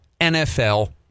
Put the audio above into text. NFL